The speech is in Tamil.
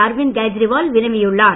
அர்விந்த் கேஜ்ரிவால் வினவியுள்ளார்